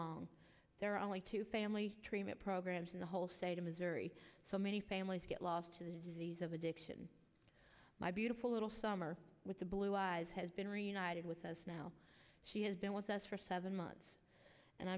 long there are only two family treatment programs in the whole state of missouri so many families get lost to the disease of addiction my beautiful little summer with blue eyes has been reunited with us now she has been with us for seven months and